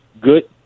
good